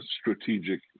strategic